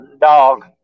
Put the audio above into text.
dog